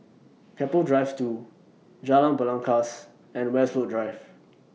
Keppel Drive two Jalan Belangkas and Westwood Drive